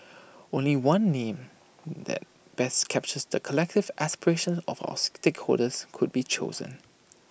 only one name that best captures the collective aspirations of our stakeholders could be chosen